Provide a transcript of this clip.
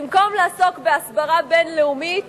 במקום לעסוק בהסברה בין-לאומית